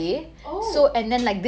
oh